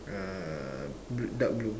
uh blue dark blue